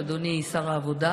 אדוני שר העבודה,